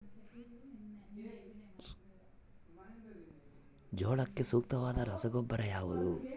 ಜೋಳಕ್ಕೆ ಸೂಕ್ತವಾದ ರಸಗೊಬ್ಬರ ಯಾವುದು?